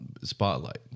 spotlight